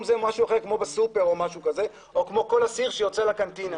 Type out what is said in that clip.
זה כמו שעושה כל אסיר שיוצא לקנטינה.